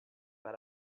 pas